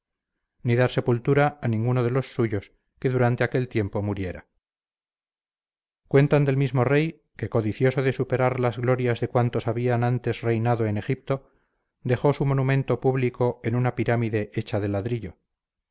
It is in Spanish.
ni dar sepultura a ninguno de los suyos que durante aquel tiempo muriera cuentan del mismo rey que codicioso de superar las glorias de cuantos habían antes reinado en egipto dejó su monumento público en una pirámide hecha de ladrillo